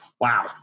Wow